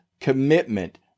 commitment